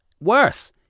Worse